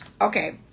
Okay